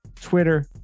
Twitter